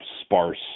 sparse